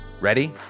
Ready